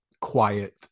quiet